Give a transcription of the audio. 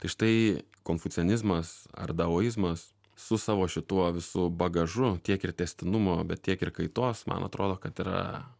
tai štai konfucianizmas ar daoizams su savo šituo visu bagažu tiek ir tęstinumo bet tiek ir kaitos man atrodo kad yra